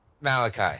Malachi